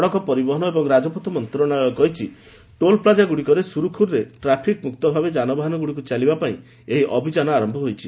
ସଡ଼କ ପରିବହନ ଓ ରାଜପଥ ମନ୍ତ୍ରଣାଳୟ କହିଛି ଟୋଲପ୍ଲାଜାଗୁଡ଼ିକରେ ସୁରୁଖୁରୁରେ ଟ୍ରାଫିକ୍ ମୁକ୍ତ ଭାବେ ଯାନବାହନଗୁଡ଼ିକ ଚାଲିବା ପାଇଁ ଏହି ଅଭିଯାନ ଆରମ୍ଭ ହୋଇଛି